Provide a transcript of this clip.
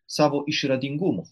savo išradingumu